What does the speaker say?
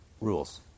rules